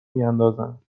میاندازند